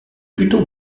plutôt